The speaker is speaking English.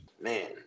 Man